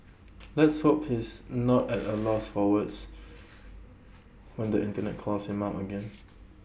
let's hope he's not at A loss for words when the Internet calls him out again